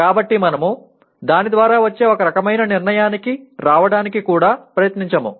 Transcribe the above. కాబట్టి మనము దాని ద్వారా వచ్చే ఒక రకమైన నిర్ణయానికి రావడానికి కూడా ప్రయత్నించము